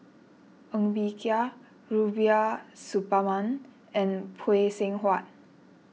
Ng Bee Kia Rubiah Suparman and Phay Seng Whatt